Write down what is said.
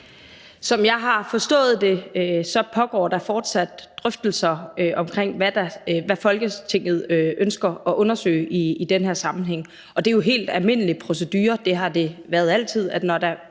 Som jeg har forstået det, pågår der fortsat drøftelser omkring, hvad Folketinget ønsker at undersøge i den her sammenhæng. Og det er jo helt almindelig procedure – sådan har det altid været – at når der